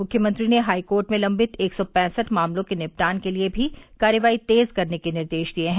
मुख्यमंत्री ने high court में लंबित एक सौ पैसठ मामलों के निपटान के लिए भी कार्रवाई तेज करने के निर्देश दिए हैं